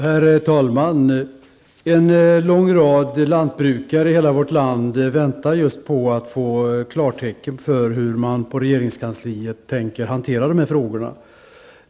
Herr talman! En lång rad lantbrukare i hela vårt land väntar just på att få klara besked om hur man inom regeringskansliet tänker hantera dessa frågor.